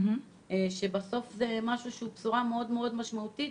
זו בשורה מאוד משמעותית,